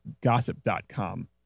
Gossip.com